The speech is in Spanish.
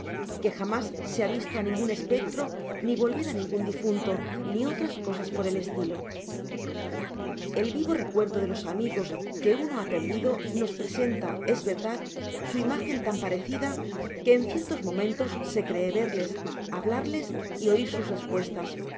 que jamás se ha visto á ningun espectro ni volver á ningun difunto ni otras cosas por el estilo el vivo recuerdo de los amigos que uno ha perdido nos representa es verdad su imagen tan parecida que en ciertos momentos se cree verles hablarles y oir sus respuestas